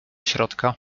środka